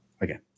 again